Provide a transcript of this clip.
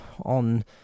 on